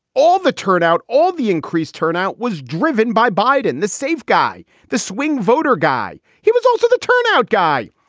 all the turnout, all the increased turnout was driven by biden, the safe guy, the swing voter guy. he was also the turnout guy.